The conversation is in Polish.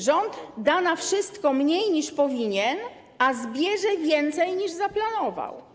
Rząd da na wszystko mniej niż powinien, a zbierze więcej niż zaplanował.